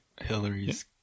Hillary's